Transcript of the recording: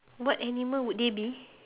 what animal would they be